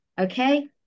Okay